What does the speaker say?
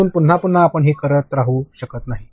म्हणून पुन्हा पुन्हा आपण हे करत राहू शकत नाही